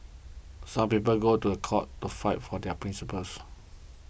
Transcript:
some people go to court to fight for their principles